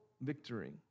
victory